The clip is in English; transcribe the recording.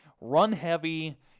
run-heavy